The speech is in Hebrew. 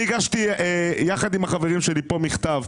הגשתי ביחד עם החברים שלי מכתב,